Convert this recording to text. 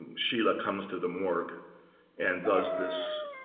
and schiele ah comes to the morgue and does this